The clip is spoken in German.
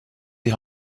die